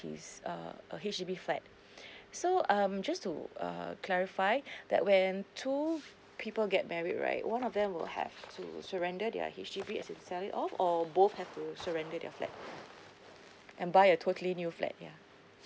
his uh a H_D_B flat so um just to uh clarify that when two people get married right one of them will have to surrender their H_D_B as in sell it all or both have to surrender their flat and buying a totally new flat yeah